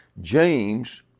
James